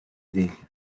değil